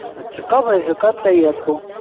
अच्छा कब आए थे कब चाहिए आप को